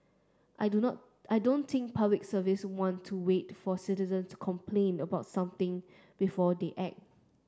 I do not I don't think Public Service want to wait for citizens complain about something before they act